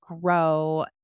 grow